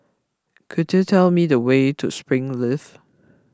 could you tell me the way to Springleaf